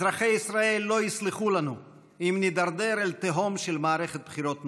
אזרחי ישראל לא יסלחו לנו אם נידרדר אל תהום של מערכת בחירות נוספת.